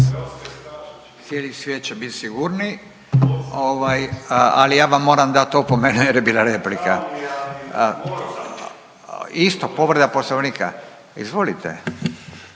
Svi će bit sigurni, ali ja vam moram dati opomenu jel jer bila replika. Isto povreda poslovnika, izvolite.